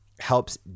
helps